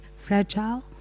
fragile